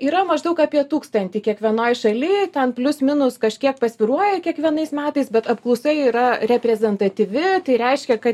yra maždaug apie tūkstantį kiekvienoj šalyj ten plius minus kažkiek pasvyruoja kiekvienais metais bet apklausa yra reprezentatyvi tai reiškia kad